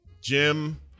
Jim